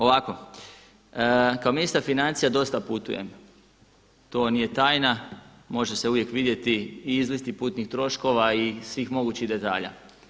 Ovako, kao ministar financija dosta putujem, to nije tajna, može se uvijek vidjeti i izlisti putnih troškova i svih mogućih detalja.